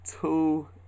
two